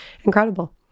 incredible